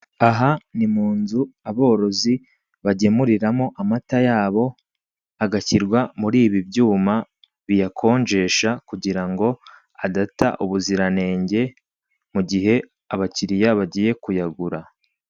Aha ni mu nzu aborozi bagemuriramo amata yabo, agashyirwa muri ibi byuma biyakonjesha kugira ngo adata ubuziranenge, mu gihe abakiriya bagiye kuyagura.